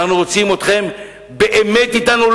אנחנו רוצים אתכם באמת אתנו,